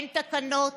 אין תקנות,